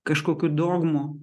kažkokių dogmų